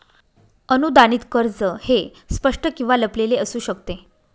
अनुदानित कर्ज हे स्पष्ट किंवा लपलेले असू शकते